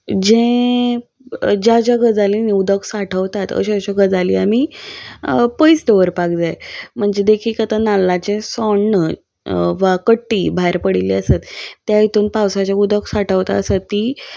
जे ज्या ज्या गजाली उदक साठवतात अश्यो अश्यो गजाली आमी पयस दवरपाक जाय म्हणजे देखीक आतां नाल्लाचे सोण्ण वा कट्टी भायर पडिल्ली आसात त्या हितून पावसाचे उदक साठवता आसात ती